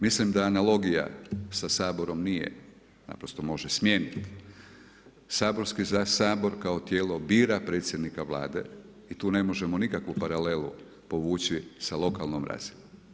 Mislim da analogija sa Saborom nije naprosto može smijeniti Sabor kao tijela bira predsjednika Vlade i tu ne možemo nikakvu paralelu povući sa lokalnom razinom.